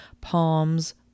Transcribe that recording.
palms